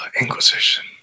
inquisition